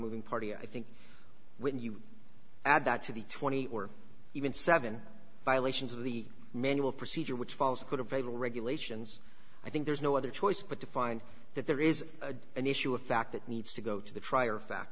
oving party i think when you add that to the twenty or even seven violations of the manual procedure which falls could have a real regulations i think there's no other choice but to find that there is a an issue of fact that needs to go to the trier